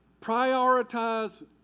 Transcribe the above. Prioritize